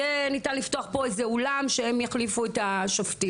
יהיה ניתן לפתוח פה איזה אולם שהם יחליפו את השופטים.